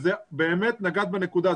באמת נגעת בנקודה,